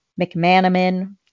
McManaman